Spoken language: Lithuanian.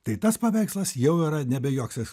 tai tas paveikslas jau yra nebejoks jis